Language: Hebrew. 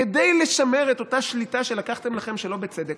כדי לשמר את אותה שליטה שלקחתם לכם שלא בצדק,